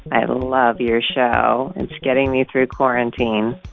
i love your show. it's getting me through quarantine.